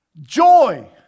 joy